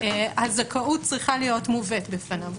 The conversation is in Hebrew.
הזכאות צריכה להיות מובאת בפניו.